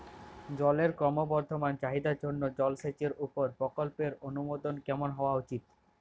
জলের ক্রমবর্ধমান চাহিদার জন্য জলসেচের উপর প্রকল্পের অনুমোদন কেমন হওয়া উচিৎ?